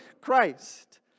Christ